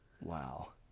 Wow